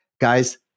Guys